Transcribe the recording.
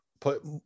put